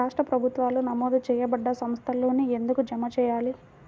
రాష్ట్ర ప్రభుత్వాలు నమోదు చేయబడ్డ సంస్థలలోనే ఎందుకు జమ చెయ్యాలి?